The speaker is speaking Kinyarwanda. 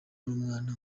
n’umwana